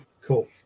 Cool